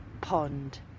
pond